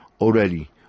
already